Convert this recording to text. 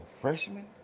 Freshman